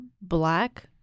black